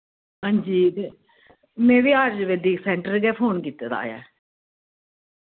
हां जी ते मैं वी आयुर्वेदिक सैंटर गै फोन कीत्ते दा ऐ